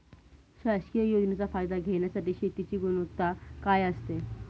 शासकीय योजनेचा फायदा घेण्यासाठी शेतीची गुणवत्ता काय असते?